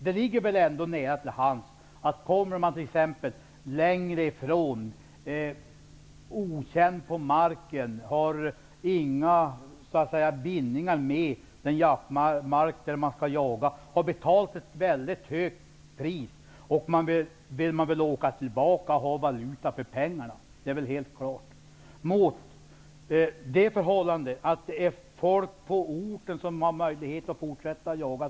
Det ligger väl ändå nära till hands att har man inga bindningar till den trakt där man jagar och man har betalt ett väldigt högt pris, då vill man ha valuta för pengarna. Förhållandet blir ett annat när folk på orten har möjlighet att fortsätta jaga.